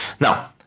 Now